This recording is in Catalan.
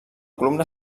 columna